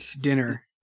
dinner